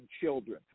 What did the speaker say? children